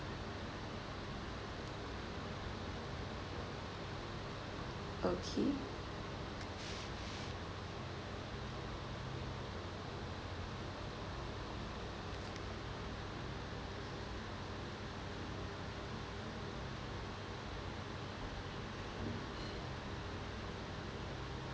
okay